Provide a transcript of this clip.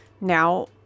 Now